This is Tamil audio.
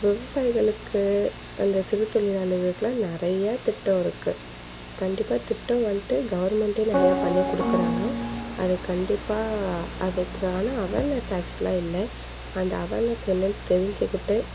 விவசாயிகளுக்கு அந்த சிறு தொழிலாளிகளுக்கெலாம் நிறையா திட்டம் இருக்குது கண்டிப்பாக திட்டம் வந்துட்டு கவர்மெண்டே நிறையா பண்ணி கொடுக்கறாங்க அதை கண்டிப்பாக அதுக்கான அவேர்நெஸ் ஆக்ஷுவலாக இல்லை அந்த அவேர்நெஸ் என்னென்னு தெரிஞ்சிக்கிட்டு